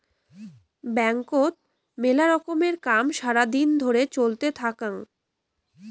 ব্যাংকত মেলা রকমের কাম সারা দিন ধরে চলতে থাকঙ